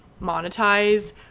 monetize